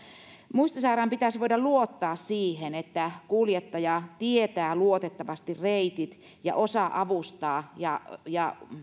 muistisairaan pitäisi voida luottaa siihen että kuljettaja tietää luotettavasti reitit ja osaa avustaa ja ja